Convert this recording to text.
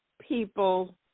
people